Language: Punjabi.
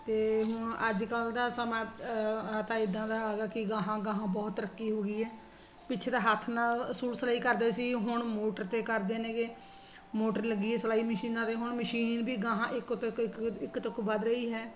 ਅਤੇ ਹੁਣ ਅੱਜ ਕੱਲ੍ਹ ਦਾ ਸਮਾਂ ਤਾਂ ਇੱਦਾਂ ਦਾ ਆ ਗਿਆ ਕਿ ਅਗਾਂਹ ਅਗਾਂਹ ਬਹੁਤ ਤਰੱਕੀ ਹੋ ਗਈ ਹੈ ਪਿੱਛੇ ਤਾਂ ਹੱਥ ਨਾਲ ਸੂਟ ਸਿਲਾਈ ਕਰਦੇ ਸੀ ਹੁਣ ਮੋਟਰ 'ਤੇ ਕਰਦੇ ਨੇਗੇ ਮੋਟਰ ਲੱਗੀ ਆ ਸਿਲਾਈ ਮਸ਼ੀਨਾਂ 'ਤੇ ਹੁਣ ਮਸ਼ੀਨ ਵੀ ਅਗਾਂਹ ਇੱਕ ਉੱਤੇ ਇੱਕ ਇੱਕ ਤੋਂ ਵੱਧ ਰਹੀ ਹੈ